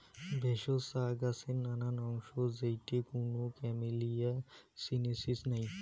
ভেষজ চা গছের নানান অংশ যেইটে কুনো ক্যামেলিয়া সিনেনসিস নাই